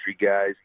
guys